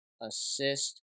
assist